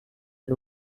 and